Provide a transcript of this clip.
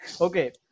Okay